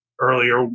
earlier